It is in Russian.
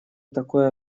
такое